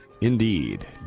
indeed